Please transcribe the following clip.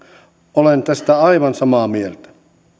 olen tästä aivan samaa mieltä